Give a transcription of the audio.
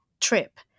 trip